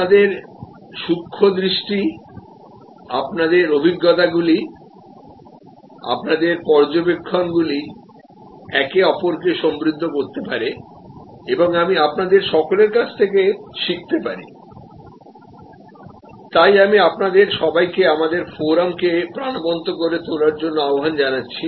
আপনাদের সূক্ষ্মদৃষ্টি আপনাদের অভিজ্ঞতাগুলি আপনাদের পর্যবেক্ষণগুলি একে অপরকে সমৃদ্ধ করতে পারে এবং আমি আপনাদের সকলের কাছ থেকে শিখতে পারি তাই আমি আপনাদের সবাইকে আমাদের ফোরামকে প্রাণবন্ত করে তোলার জন্যে আহ্বান জানাচ্ছি